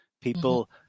people